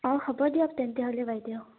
অঁ হব দিয়ক তেন্তেহ'লে বাইদেউ